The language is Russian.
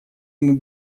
ему